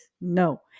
no